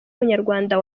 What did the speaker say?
umunyarwanda